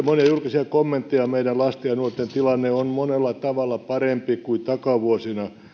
monia julkisia kommentteja meidän lasten ja nuorten tilanne on monella tavalla parempi kuin takavuosina